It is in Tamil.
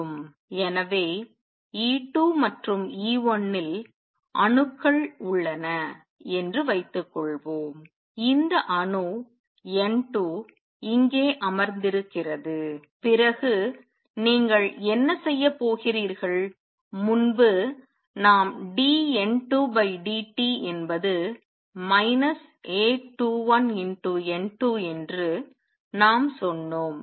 எனவே E2 மற்றும் E1 இல் அணுக்கள் உள்ளன என்று வைத்துக்கொள்வோம் இந்த அணு N2 இங்கே அமர்ந்திருக்கிறது பிறகு நீங்கள் என்ன செய்யப் போகிறீர்கள் முன்பு நாம் dN2dt என்பது A21N2என்று நாம் சொன்னோம்